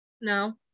No